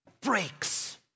breaks